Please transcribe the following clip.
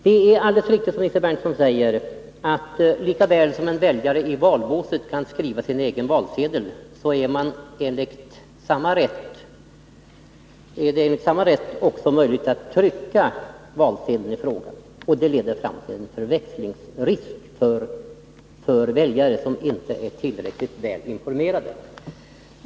Det är alldeles riktigt som Nils Berndtson säger, att lika väl som en väljare i valbåset kan skriva sin egen valsedel kan han låta trycka valsedeln i fråga. Det leder fram till en förväxlingsrisk för väljare som inte är tillräckligt väl informerade.